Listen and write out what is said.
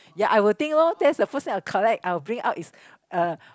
ya I would think loh that's the first thing I'll collect I will bring is uh